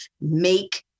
make